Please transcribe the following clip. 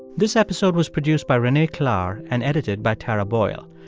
this episode was produced by renee klahr and edited by tara boyle.